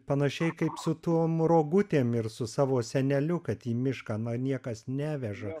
panašiai kaip su tom rogutėm ir su savo seneliu kad į mišką na niekas neveža